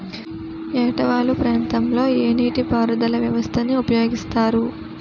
ఏట వాలు ప్రాంతం లొ ఏ నీటిపారుదల వ్యవస్థ ని ఉపయోగిస్తారు?